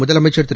முதலமைச்சர் திரு